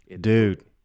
Dude